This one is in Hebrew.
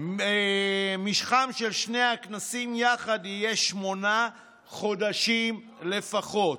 משכם של שני הכנסים יחד יהיה שמונה חודשים לפחות.